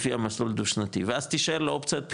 לפי המסלול הדו-שנתי ואז תישאר לו אופציית בחירה,